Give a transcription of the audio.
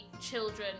children